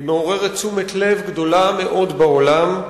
היא מעוררת תשומת לב גדולה מאוד בעולם,